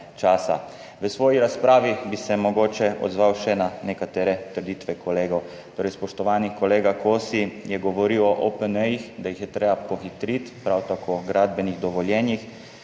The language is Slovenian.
V svoji razpravi bi se mogoče odzval še na nekatere trditve kolegov. Torej spoštovani, kolega Kosi, je govoril o OPN, da jih je treba pohitriti, prav tako o gradbenih dovoljenjih.